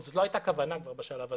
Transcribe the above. וזאת לא הייתה הכוונה כבר בשלב הזה.